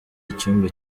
icyumba